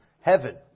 heaven